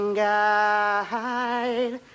guide